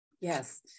yes